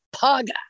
PAGA